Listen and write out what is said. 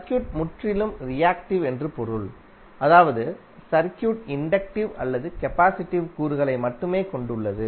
circuit முற்றிலும் reactive என்று பொருள் அதாவது சர்க்யூட் இன்டக்டிவ் அல்லது கபாசிடிவ் கூறுகளை மட்டுமே கொண்டுள்ளது